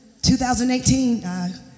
2018